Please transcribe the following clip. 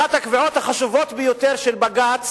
אחת הקביעות החשובות ביותר של בג"ץ,